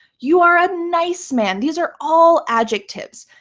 you are a nice man. these are all adjectives.